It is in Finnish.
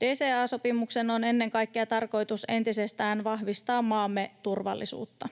DCA-sopimuksen on ennen kaikkea tarkoitus entisestään vahvistaa maamme turvallisuutta.